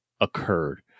occurred